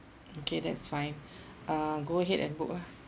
okay that's fine uh go ahead and book lah